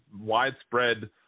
widespread